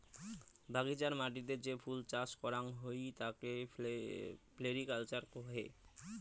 বাগিচার মাটিতে যে ফুল চাস করাং হই তাকে ফ্লোরিকালচার কহে